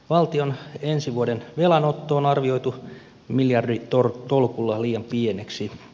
valtion ensi vuoden velanotto on arvioitu miljarditolkulla liian pieneksi